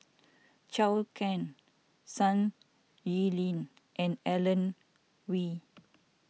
Zhou Can Sun and Alan